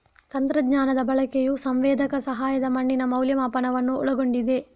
ತಂತ್ರಜ್ಞಾನದ ಬಳಕೆಯು ಸಂವೇದಕ ಸಹಾಯದ ಮಣ್ಣಿನ ಮೌಲ್ಯಮಾಪನವನ್ನು ಒಳಗೊಂಡಿದೆ